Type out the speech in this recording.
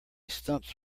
stumps